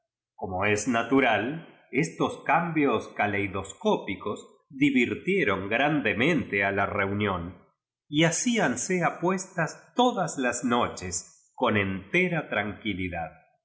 como es natural estos cambios kaleidoscópicoa divirtieron grandemente a la reu nión y hacíanse apuestas todas las noches con entera tranquilidad